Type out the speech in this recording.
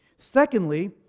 Secondly